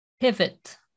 pivot